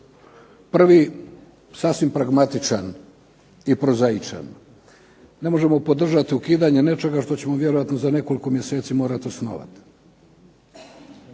Prvi sasvim pragmatičan i prozaičan. Ne možemo podržati ukidanje nečega što ćemo vjerojatno za nekoliko mjeseci morati osnovati.